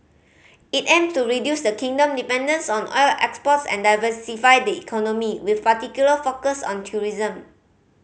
it aim to reduce the kingdom dependence on oil exports and diversify the economy with a particular focus on tourism